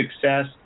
success